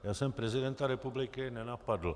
Já jsem prezidenta republiky nenapadl.